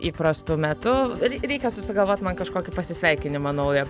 įprastu metu reikia susigalvot man kažkokį pasisveikinimą naują